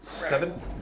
Seven